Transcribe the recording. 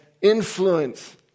influence